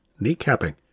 kneecapping